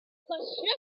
consortium